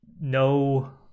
No